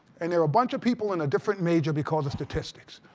and there were a bunch of people in a different major because of statistics.